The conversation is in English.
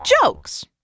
jokes